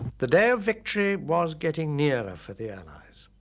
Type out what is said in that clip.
the day of victory was getting nearer for the allies.